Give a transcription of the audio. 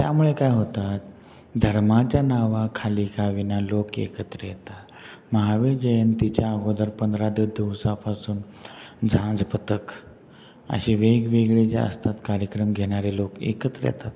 त्यामुळे काय होतात धर्माच्या नावा खाली का होईना लोक एकत्र येतात महावीर जयंतीच्या अगोदर पंधरा दिवस दिवसापासून झांजपथक अशे वेगवेगळे जे असतात कार्यक्रम घेणारे लोक एकत्र येतात